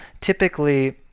typically